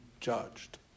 judged